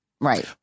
Right